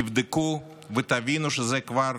תבדקו ותבינו שזה כבר